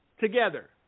together